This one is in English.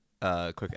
Quick